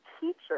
teacher